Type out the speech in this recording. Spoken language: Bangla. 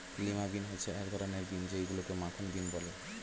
লিমা বিন হচ্ছে এক ধরনের বিন যেইগুলোকে মাখন বিন বলে